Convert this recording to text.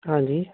ਹਾਂਜੀ